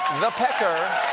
the pecker,